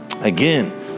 Again